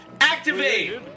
activate